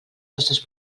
nostres